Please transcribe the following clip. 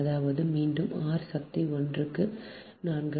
அதாவது மீண்டும் r சக்தி 1 க்கு 4